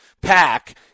pack